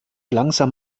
langsam